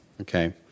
Okay